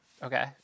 Okay